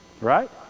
Right